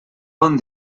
bon